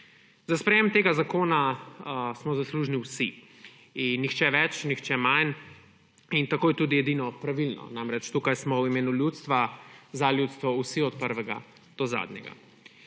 Za sprejetje tega zakona smo zaslužni vsi, nihče več, nihče manj in tako je tudi edino pravilno. Namreč, tukaj smo v imenu ljudstva, za ljudstvo vsi od prvega do zadnjega.